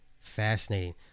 fascinating